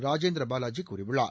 ராஜேந்திர பாவாஜி கூறியுள்ளார்